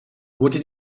wurde